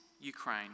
Ukraine